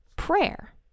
prayer